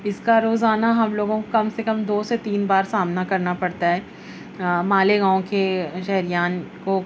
اس کا روزانہ ہم لوگوں کم سے کم دو سے تین بار سامنا کرنا پڑتا ہے مالیگاؤں کے شہریان کو